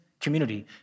community